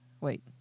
Wait